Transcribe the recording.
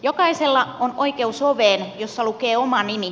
jokaisella on oikeus oveen jossa lukee oma nimi